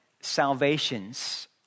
salvations